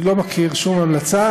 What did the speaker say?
אני לא מכיר שום המלצה,